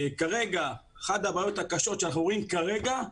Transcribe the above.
כרגע, אחת הבעיות הקשות שאנחנו רואים כרגע,